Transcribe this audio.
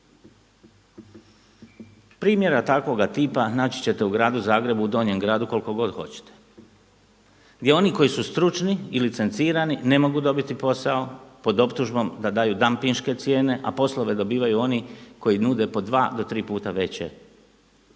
Primjera takvoga tipa naći ćete u gradu Zagrebu u Donjem gradu koliko god hoćete, gdje oni koji su stručni i licencirani ne mogu dobiti posao pod optužbom da daju dampinške cijene, a poslove dobivaju oni koji nude po dva do tri puta veće